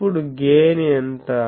అప్పుడు గెయిన్ ఎంత